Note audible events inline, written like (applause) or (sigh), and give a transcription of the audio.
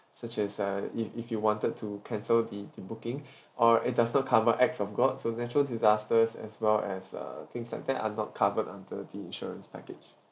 such as uh if if you wanted to cancel the the booking (breath) or it does not cover acts of god so natural disasters as well as uh things like that are not covered under the insurance package